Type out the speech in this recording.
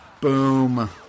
Boom